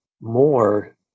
more